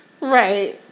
Right